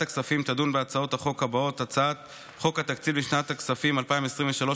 הכספים תדון בהצעות החוק הבאות: הצעת חוק התקציב לשנת הכספים 2023,